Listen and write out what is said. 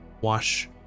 wash